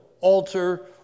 alter